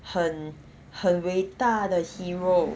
很很伟大的 hero